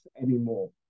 anymore